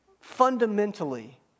fundamentally